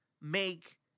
make